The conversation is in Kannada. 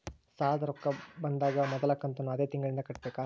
ಸಾಲದ ರೊಕ್ಕ ಬಂದಾಗ ಮೊದಲ ಕಂತನ್ನು ಅದೇ ತಿಂಗಳಿಂದ ಕಟ್ಟಬೇಕಾ?